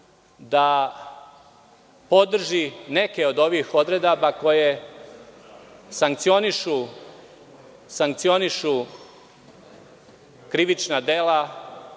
da podrži neke od ovih odredaba koje sankcionišu krivična dela